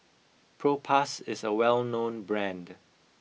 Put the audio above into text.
Propass is a well known brand